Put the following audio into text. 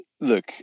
Look